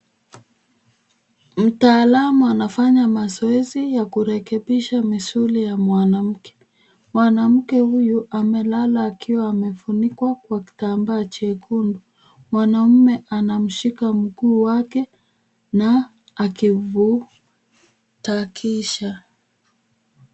Mtaalamu anafanya mazoezi ya kurekebisha misuli ya mwanamke. Mwanamke huyu amelala akiwa amefunikwa kwa kitambaa jekundu. Mwanaume anamshika mguu wake na akimvutakisha .